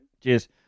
Cheers